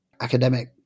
academic